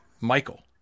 Michael